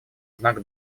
знак